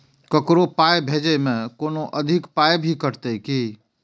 ककरो पाय भेजै मे कोनो अधिक पाय भी कटतै की?